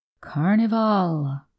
carnival